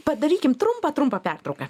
padarykim trumpą trumpą pertrauką